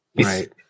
right